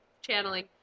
channeling